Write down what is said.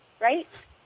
Right